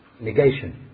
negation